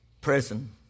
prison